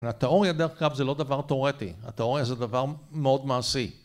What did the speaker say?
התיאוריה דרך כלל זה לא דבר תיאורטי, התיאוריה זה דבר מאוד מעשי.